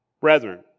Brethren